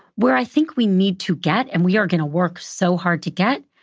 where i think we need to get, and we are gonna work so hard to get,